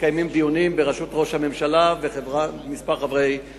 מתקיימים דיונים בראשות ראש הממשלה וכמה שרים,